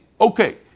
Okay